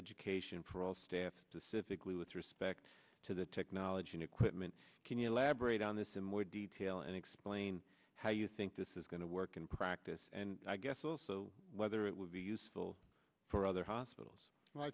education for all staff pacifically with respect to the technology and equipment can you elaborate on this in more detail and explain how you think this is going to work in practice and i guess also whether it would be useful for other hospitals